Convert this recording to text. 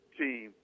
team